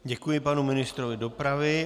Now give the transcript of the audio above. Děkuji panu ministrovi dopravy.